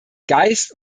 geist